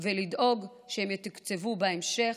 ולדאוג שהן יתוקצבו בהמשך.